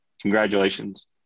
Congratulations